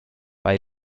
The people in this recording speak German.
bei